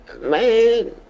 man